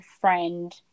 friend